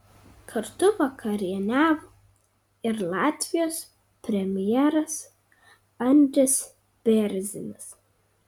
kartu vakarieniavo ir latvijos premjeras andris bėrzinis